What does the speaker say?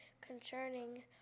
concerning